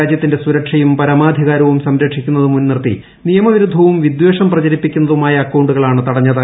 രാജ്യത്തിന്റെ സുരക്ഷയും പരമാധികാരവും സംരക്ഷിക്കുന്നതു മുൻനിർത്തി നിയമവിരുദ്ധവും വിദ്ധേഷം പ്രചരിപ്പിക്കുന്നതുമായ അക്കൌണ്ടുകളാണ് തടഞ്ഞത്